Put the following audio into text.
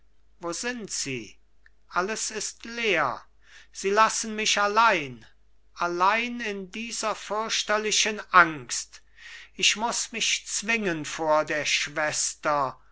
wo sind sie alles ist leer sie lassen mich allein allein in dieser fürchterlichen angst ich muß mich zwingen vor der schwester